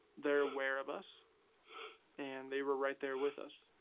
they're aware of us and they were right there with us.